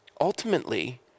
ultimately